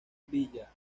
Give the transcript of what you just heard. villa